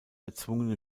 erzwungene